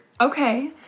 Okay